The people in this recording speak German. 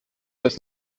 das